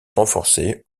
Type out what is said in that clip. renforcé